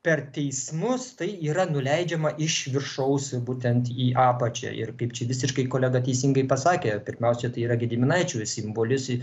per teismus tai yra nuleidžiama iš viršaus būtent į apačią ir kaip čia visiškai kolega teisingai pasakė pirmiausia tai yra gediminaičių simbolis